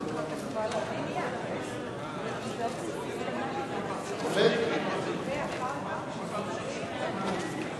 הצעת סיעות חד"ש רע"ם-תע"ל בל"ד להביע אי-אמון בממשלה לא נתקבלה.